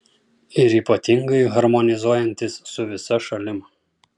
ir ypatingai harmonizuojantis su visa šalim